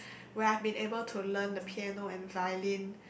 where I've been able to learn the piano and violin